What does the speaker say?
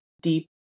deep